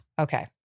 okay